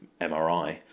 MRI